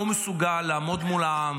לא מסוגל לעמוד מול העם